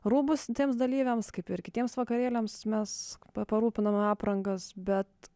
rūbus tiems dalyviams kaip ir kitiems vakarėliams mes pa parūpiname aprangas bet